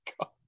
God